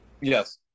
Yes